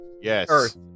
Yes